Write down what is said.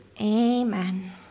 Amen